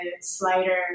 slider